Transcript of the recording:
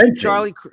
charlie